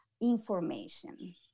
information